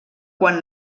quan